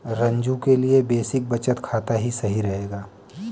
रंजू के लिए बेसिक बचत खाता ही सही रहेगा